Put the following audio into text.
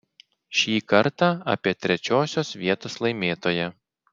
šį kartą apie trečiosios vietos laimėtoją